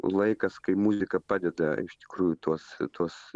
laikas kai muzika padeda iš tikrųjų tuos tuos